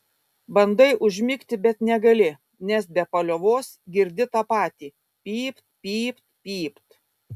bandai užmigti bet negali nes be paliovos girdi tą patį pyp pyp pyp